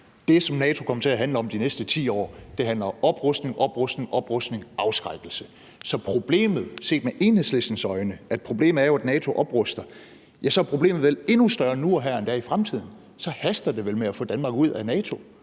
det, som NATO kommer til at handle om de næste 10 år, handler om oprustning og oprustning og afskrækkelse, og problemet set med Enhedslistens øjne er jo, at NATO opruster, og så er problemet vel endnu større nu og her, end det er i fremtiden. Det haster vel med at få Danmark ud af NATO,